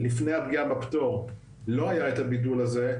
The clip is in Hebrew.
לפני הפגיעה בפטור לא היה את הבידול הזה,